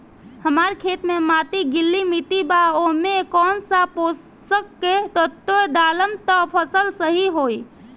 हमार खेत के माटी गीली मिट्टी बा ओमे कौन सा पोशक तत्व डालम त फसल सही होई?